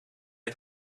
het